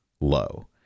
low